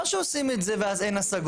או שעושים את זה ואז אין השגות,